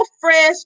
fresh